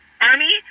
army